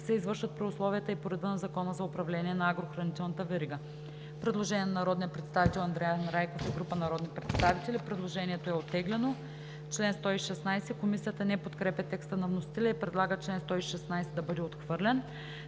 се извършват при условията и по реда на Закона за управление на агрохранителната верига.“ Предложение на народния представител Андриан Райков и група народни представители. Предложението е оттеглено. Комисията не подкрепя текста на вносителя и предлага чл. 116 да бъде отхвърлен.